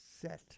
Set